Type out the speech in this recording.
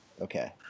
Okay